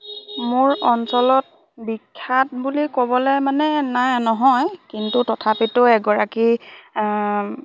মোৰ অঞ্চলত বিখ্যাত বুলি ক'বলে মানে নাই নহয় কিন্তু তথাপিতো এগৰাকী